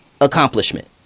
accomplishment